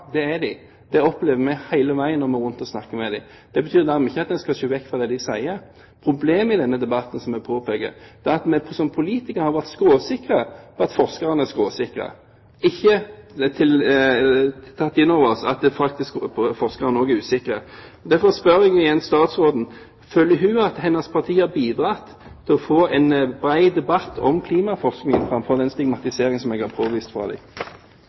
det er de. Det opplever vi hele veien når vi er rundt og snakker med dem. Det betyr dermed ikke at vi skal se bort fra det de sier. Problemet i denne debatten, som jeg påpeker, er at vi som politikere har vært skråsikre på at forskerne er skråsikre, ikke tatt inn over oss at forskerne også er usikre. Derfor spør jeg igjen statsråden: Føler hun at hennes parti har bidratt til å få en bred debatt om klimaforskning, framfor den stigmatiseringen jeg har påvist?